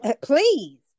please